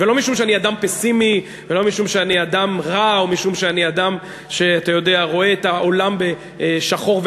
ולא משום שאני אדם פסימי או אדם רע או אדם שרואה את העולם בשחור-לבן,